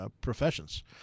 professions